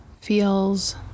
feels